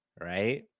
right